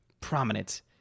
prominent